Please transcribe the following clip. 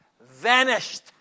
vanished